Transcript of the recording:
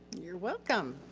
you're welcome.